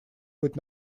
быть